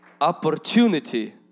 Opportunity